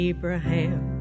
Abraham